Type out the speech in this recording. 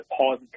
pause